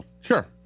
Sure